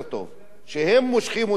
שהם מושכים אותנו אחורה.